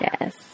Yes